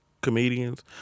comedians